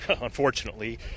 unfortunately